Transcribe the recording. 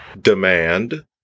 demand